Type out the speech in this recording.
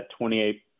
28